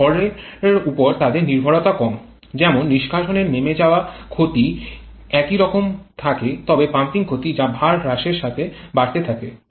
তবে ভারের উপর তাদের নির্ভরতা ভিন্ন যেমন নিষ্কাশনের নেমে যাওয়া ক্ষতি একই রকম থাকে তবে পাম্পিং ক্ষতি যা ভার হ্রাসের সাথে বাড়তে থাকে